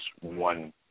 one